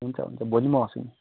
हुन्छ हुन्छ भालि म आउँछु नि